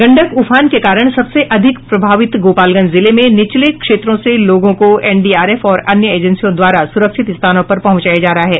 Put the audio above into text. गंडक में उफान के कारण सबसे अधिक प्रभावित गोपालगंज जिले में निचले क्षेत्रों से लोगों को एनडीआरएफ और अन्य एजेंसियों द्वारा सुरक्षित स्थानों पर पहुंचाया जा रहा है